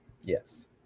Yes